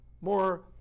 more